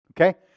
Okay